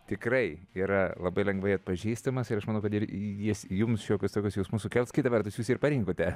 tikrai yra labai lengvai atpažįstamas ir aš manau kad ir jis jums šiokius tokius jausmus sukels kita vertus jūs jį ir parinkote